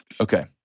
Okay